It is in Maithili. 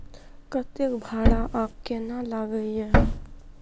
कतेक भाड़ा आ केना लागय ये?